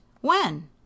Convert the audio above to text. When